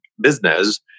business